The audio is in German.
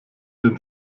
den